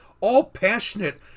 all-passionate